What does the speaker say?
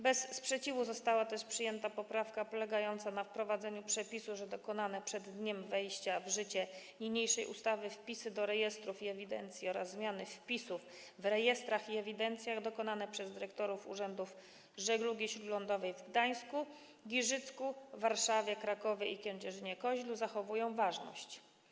Bez sprzeciwu została też przyjęta poprawka polegająca na wprowadzeniu przepisu dotyczącego tego, że dokonane przed dniem wejścia w życie niniejszej ustawy wpisy do rejestrów i ewidencji oraz zmiany wpisów w rejestrach i ewidencjach dokonane przez dyrektorów urzędów żeglugi śródlądowej w Gdańsku, Giżycku, Warszawie, Krakowie i Kędzierzynie-Koźlu zachowują ważność.